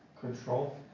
Control